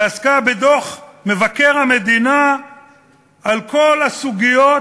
שעסקה בדוח מבקר המדינה על כל הסוגיות